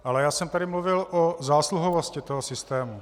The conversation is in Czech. Ale já jsem tady mluvil o zásluhovosti toho systému.